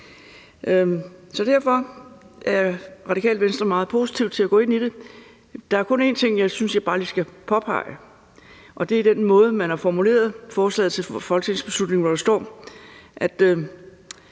Så derfor er Det Radikale Venstre meget positive vedrørende at gå ind i det. Der er kun en ting, jeg synes jeg skal påpege, og det er den måde, man har formuleret forslaget til folketingsbeslutning på, hvor der står –